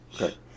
Okay